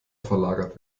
verlagert